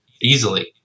easily